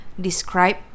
describe